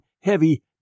heavy